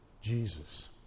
Jesus